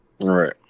Right